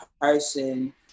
person